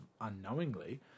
unknowingly